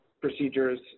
procedures